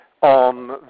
on